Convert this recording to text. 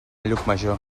llucmajor